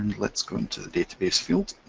let's go into the database field,